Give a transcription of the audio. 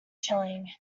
chilling